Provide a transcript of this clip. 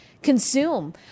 consume